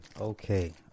okay